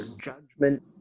judgment